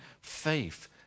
faith